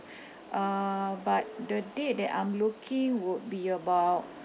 uh but the day that I'm looking would be about